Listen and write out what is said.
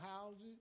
houses